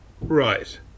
Right